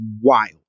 wild